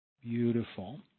Beautiful